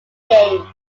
game